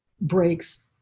breaks